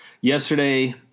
yesterday